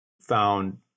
found